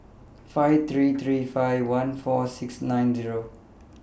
five three three five one four six nine one Zero